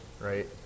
right